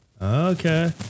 Okay